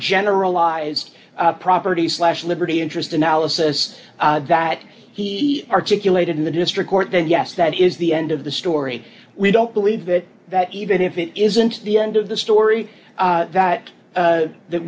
generalized property slash liberty interest analysis that he articulated in the district court then yes that is the end of the story we don't believe that that even if it isn't the end of the story that